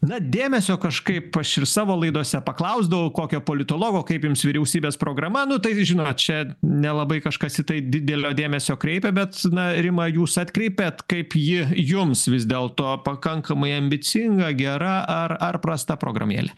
na dėmesio kažkaip aš ir savo laidose paklausdavau kokio politologo kaip jums vyriausybės programa nu tai žinot čia nelabai kažkas į tai didelio dėmesio kreipia bet na rima jūs atkreipėt kaip ji jums vis dėlto pakankamai ambicinga gera ar ar prasta programėlė